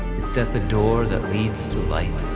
is death the door that leads to light?